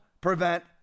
prevent